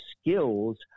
skills